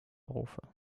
rufe